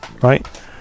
right